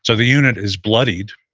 so the unit is bloodied,